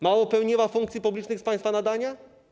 Mało pełniła funkcji publicznych z państwa nadania?